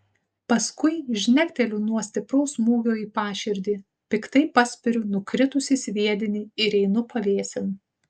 paskui žnekteliu nuo stipraus smūgio į paširdį piktai paspiriu nukritusį sviedinį ir einu pavėsin